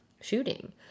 shooting